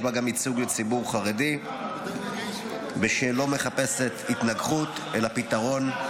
בה גם ייצוג של ציבור חרדי ושלא מחפשת התנגחות אלא פתרון.